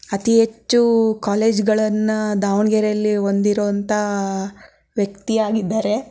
ಅತಿ ಹೆಚ್ಚು ಕಾಲೇಜ್ಗಳನ್ನು ದಾವಣಗೆರೆಯಲ್ಲಿ ಹೊಂದಿರುವಂಥ ವ್ಯಕ್ತಿ ಆಗಿದ್ದಾರೆ